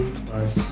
plus